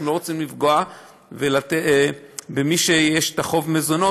אנחנו לא רוצים לפגוע במי שיש לו חוב מזונות,